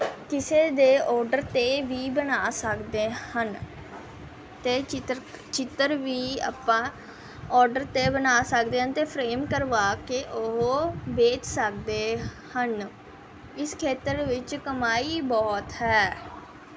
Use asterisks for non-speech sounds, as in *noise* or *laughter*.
ਕਿਸੇ ਦੇ ਆਰਡਰ 'ਤੇ ਵੀ ਬਣਾ ਸਕਦੇ ਹਨ ਅਤੇ ਚਿੱਤਰ *unintelligible* ਚਿੱਤਰ ਵੀ ਆਪਾਂ ਆਰਡਰ 'ਤੇ ਬਣਾ ਸਕਦੇ ਹਨ ਅਤੇ ਫਰੇਮ ਕਰਵਾ ਕੇ ਉਹ ਵੇਚ ਸਕਦੇ ਹਨ ਇਸ ਖੇਤਰ ਵਿੱਚ ਕਮਾਈ ਬਹੁਤ ਹੈ